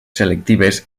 selectives